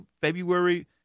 February